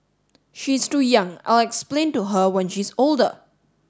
she's too young I'll explain to her when she's older